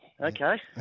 Okay